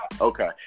okay